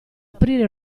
aprire